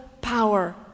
power